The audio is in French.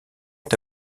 est